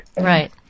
right